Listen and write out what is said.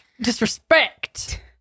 Disrespect